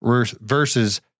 versus